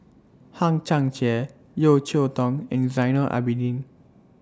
Hang Chang Chieh Yeo Cheow Tong and Zainal Abidin